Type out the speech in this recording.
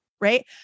right